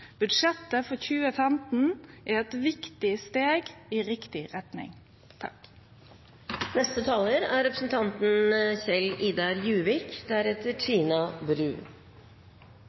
Budsjettet for 2015 er eit viktig steg i riktig retning. Arbeiderpartiet er